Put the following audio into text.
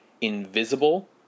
invisible